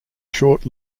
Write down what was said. short